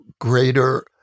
greater